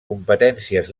competències